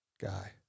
guy